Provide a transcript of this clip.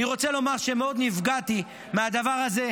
אני רוצה לומר שמאוד נפגעתי מהדבר הזה.